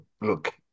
look